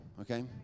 Okay